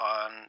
on